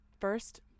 first